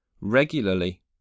regularly